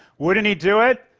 wouldn't he do it?